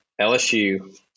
LSU –